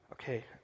Okay